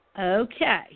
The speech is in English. Okay